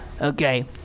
Okay